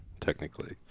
technically